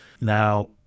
now